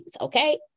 okay